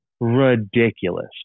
ridiculous